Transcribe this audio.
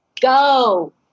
go